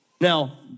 Now